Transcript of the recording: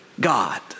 God